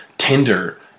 Tinder